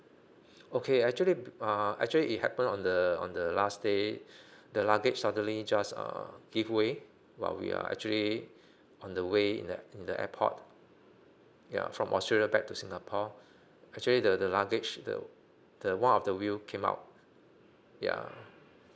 okay actually uh actually it happened on the on the last day the luggage suddenly just err give way while we are actually on the way in that in the airport ya from australia back to singapore actually the the luggage the the one of the wheel came out ya